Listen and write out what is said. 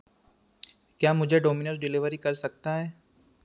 क्या मुझे Domino's delivery कर सकता है